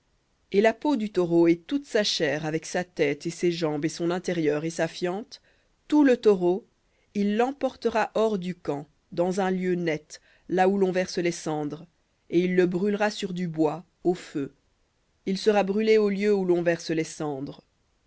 et la peau du taureau et toute sa chair avec sa tête et ses jambes et son intérieur et sa fiente tout le taureau il l'emportera hors du camp dans un lieu net là où l'on verse les cendres et il le brûlera sur du bois au feu il sera brûlé au lieu où l'on verse les cendres